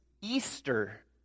Easter